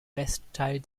westteil